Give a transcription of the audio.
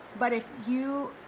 but if you,